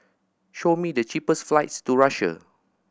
show me the cheapest flights to Russia